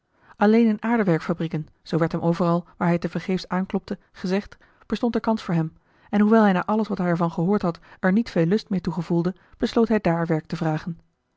alleen in de aardewerkfabrieken zoo werd hem overal waar hij tevergeefs aanklopte gezegd bestond er kans voor hem en hoewel hij na alles wat hij er van gehoord had er niet veel lust meer toe gevoelde besloot hij daar werk te vragen